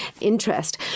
interest